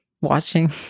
watching